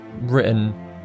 written